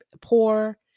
poor